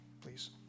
please